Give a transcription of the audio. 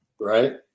Right